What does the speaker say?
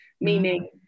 meaning